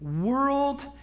world